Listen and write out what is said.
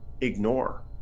ignore